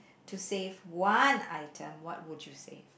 to save one item what would you save